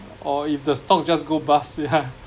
or if the stocks just go bust yeah